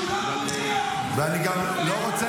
כשהוא לא במליאה --- ואני גם לא רוצה